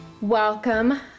Welcome